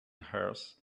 hers